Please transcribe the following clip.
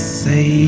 say